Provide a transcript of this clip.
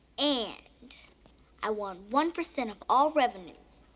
and i want one percent of all revenues.